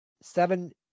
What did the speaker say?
seven